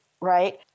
right